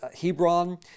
Hebron